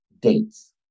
dates